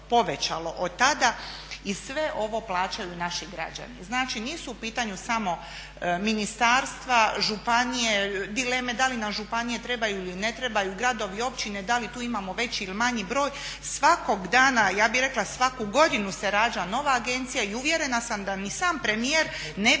od tada i sve ovo plaćaju naši građani. Znači nisu u pitanju samo ministarstva, županije, dileme da li nam županije trebaju ili ne trebaju, gradovi, općine, da li tu imamo veći ili manji broj. Svakog dana, ja bih rekla svaku godinu se rađa nova agencija i uvjerena sam da ni sam premijer ne bi